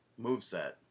moveset